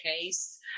case